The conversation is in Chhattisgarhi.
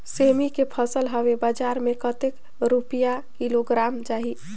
सेमी के फसल हवे बजार मे कतेक रुपिया किलोग्राम जाही?